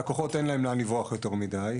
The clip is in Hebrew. והלקוחות אין להם לאן לברוח יותר מידי.